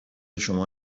شما